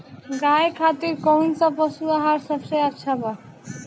गाय खातिर कउन सा पशु आहार सबसे अच्छा बा?